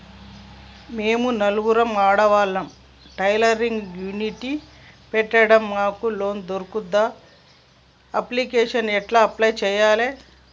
మేము నలుగురం ఆడవాళ్ళం టైలరింగ్ యూనిట్ పెడతం మాకు లోన్ దొర్కుతదా? అప్లికేషన్లను ఎట్ల అప్లయ్ చేయాలే?